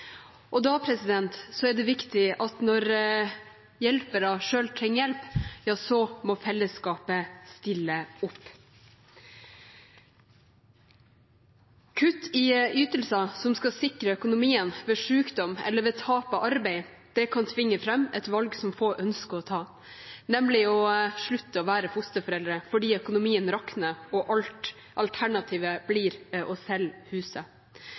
Da er det viktig at når hjelpere selv trenger hjelp, må fellesskapet stille opp. Kutt i ytelser som skal sikre økonomien ved sykdom eller ved tap av arbeid, kan tvinge fram et valg som få ønsker å ta, nemlig å slutte å være fosterforeldre fordi økonomien rakner og alternativet blir å